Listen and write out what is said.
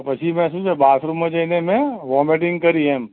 તો પછી મેં શું છે બાથરૂમમાં જઈને મેં વોમેટિંગ કરી એમ